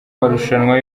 marushanwa